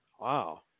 Wow